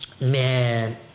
man